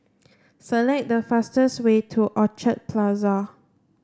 select the fastest way to Orchard Plaza